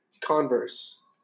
Converse